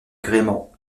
gréement